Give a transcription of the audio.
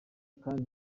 kandi